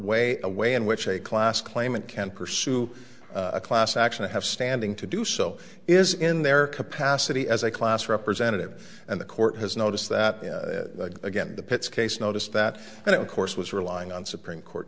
a way in which a class claimant can pursue a class action to have standing to do so is in their capacity as a class representative and the court has noticed that again the pits case noticed that and of course was relying on supreme court